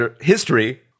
history